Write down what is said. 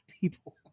people